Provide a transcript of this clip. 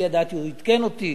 אני ידעתי, הוא עדכן אותי,